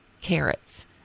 carrots